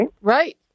right